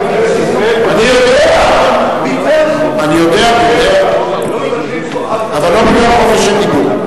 אני יודע, אבל לא בגלל חופש הדיבור.